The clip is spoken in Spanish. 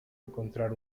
encontrar